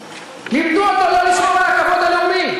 לימדו אותו לא לשמור על הכבוד הלאומי,